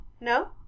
No